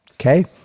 Okay